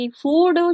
food